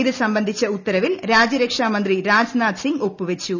ഇത് സംബന്ധിച്ച ഉത്തരവിൽ രാജ്യരക്ഷാ മന്ത്രി രാജ്നാഥ് സിംഗ് ഒപ്പ് വച്ചു